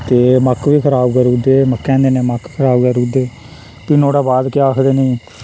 ते मक्क बी खराब करुड़दे मक्कै कन्नै मक्क खराब करुदे फ्ही नुहाड़े बाद केह् आखदे नी